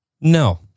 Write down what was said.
No